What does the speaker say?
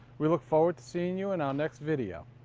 we look forward to seeing you in our next video.